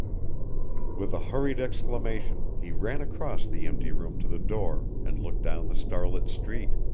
with a hurried exclamation he ran across the empty room to the door and looked down the starlit street.